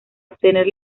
obtener